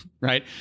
right